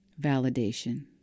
validation